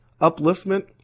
upliftment